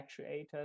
actuators